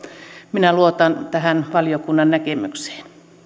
minä luotan tähän valiokunnan näkemykseen